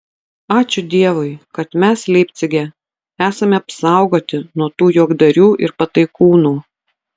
ačiū dievui kad mes leipcige esame apsaugoti nuo tų juokdarių ir pataikūnų